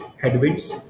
headwinds